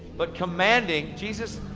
but commanding. jesus,